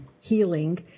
healing